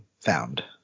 found